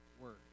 Word